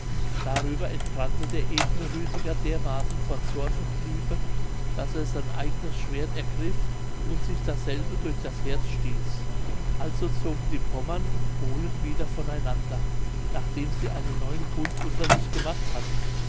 darüber entbrannte der edle rütiger dermaßen vor zorn und liebe daß er sein eignes schwert ergriff und sich dasselbe durch das herz stieß also zogen die pommern und polen wieder von einander nachdem sie einen neuen bund unter sich gemacht hatten